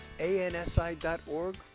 ansi.org